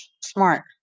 smart